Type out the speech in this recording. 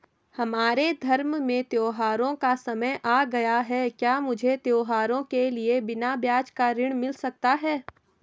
हमारे धर्म में त्योंहारो का समय आ गया है क्या मुझे त्योहारों के लिए बिना ब्याज का ऋण मिल सकता है?